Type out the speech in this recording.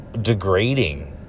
degrading